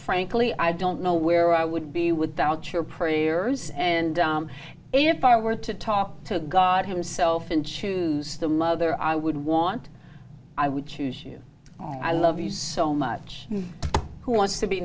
frankly i don't know where i would be without your prayers and if i were to talk to god himself and choose the mother i would want i would choose you i love you so much who wants to be